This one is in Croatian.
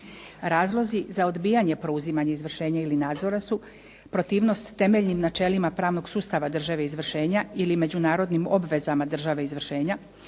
Razlozi za odbijanje, preuzimanje i izvršenje ili nadzora su protivnost temeljnim načelima pravnog sustava države izvršenja ili međunarodnim obvezama države izvršenja,